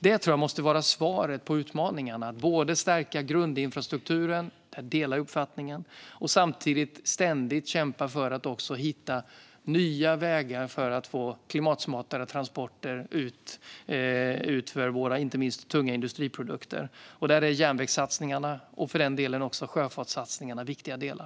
Detta tror jag måste vara svaret på utmaningarna. Vi måste både stärka grundinfrastrukturen - där delar jag Christenssons uppfattning - och samtidigt ständigt kämpa för att också hitta nya vägar för klimatsmartare transporter ut, inte minst för våra tunga industriprodukter. Där är järnvägssatsningar och även sjöfartssatsningarna viktiga delar.